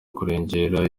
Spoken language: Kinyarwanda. kurengera